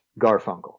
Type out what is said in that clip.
Garfunkel